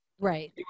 right